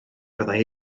fyddai